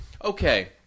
Okay